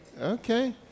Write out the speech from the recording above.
okay